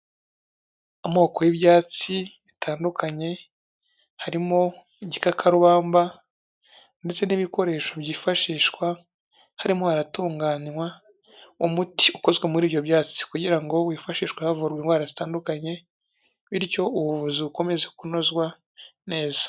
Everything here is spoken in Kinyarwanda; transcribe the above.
Amoko y'ibyatsi bitandukanye, harimo igikakarubamba ndetse n'ibikoresho byifashishwa, harimo haratunganywa umuti ukozwe muri ibyo byatsi kugira ngo wifashishwe havurwa indwara zitandukanye bityo ubuvuzi bukomeze kunozwa neza.